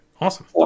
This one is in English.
Awesome